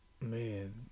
Man